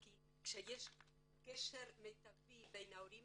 כי כשיש קשר מיטבי בין הורים